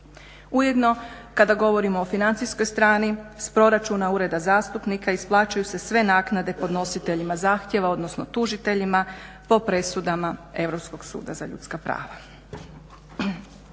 Ujedno kada govorimo o financijskoj strani s proračuna ureda zastupnika isplaćuju se sve naknade podnositeljima zahtjeva odnosno tužiteljima po presudama Europskog suda za ljudska prava.